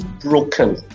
broken